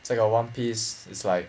still got one piece is like